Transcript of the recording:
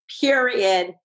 period